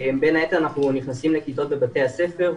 בין היתר אנחנו נכנסים לכיתות בבתי הספר,